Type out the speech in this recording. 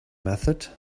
method